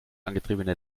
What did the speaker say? angetriebene